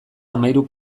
hamahiru